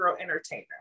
entertainer